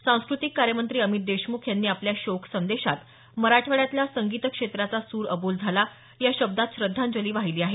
सांस्कृतिक कार्य मंत्री अमित देशमुख यांनी आपल्या शोक संदेशात मराठवाड्यातला संगीत क्षेत्राचा सूर अबोल झाला या शब्दात श्रद्धांजली वाहिली आहे